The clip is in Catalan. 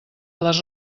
les